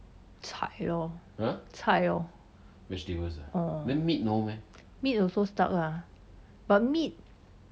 菜咯菜咯 orh meat also stuck ah but meat